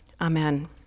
Amen